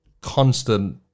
constant